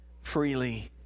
freely